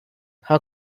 how